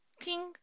king